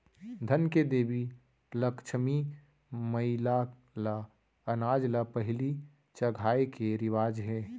धन के देवी लक्छमी मईला ल अनाज ल पहिली चघाए के रिवाज हे